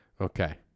Okay